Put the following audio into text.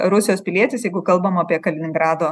rusijos pilietis jeigu kalbam apie kaliningrado